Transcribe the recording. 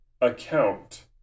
account